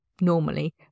normally